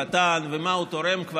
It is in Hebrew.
ומה הוא כבר תורם,